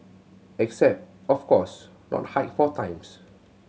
except of course not hike four times